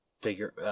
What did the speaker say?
figure